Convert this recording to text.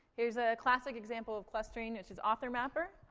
here's a classic example of clustering, which is authormapper.